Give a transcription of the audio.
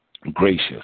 gracious